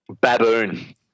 Baboon